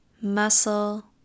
muscle